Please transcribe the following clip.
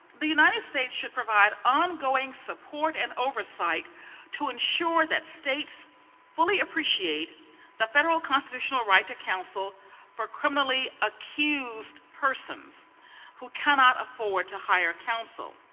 the united states should provide ongoing support and oversight to ensure that states fully appreciate the federal constitutional right to counsel for criminally accused persons who cannot afford to hire counsel.